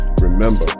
remember